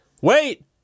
wait